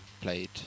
played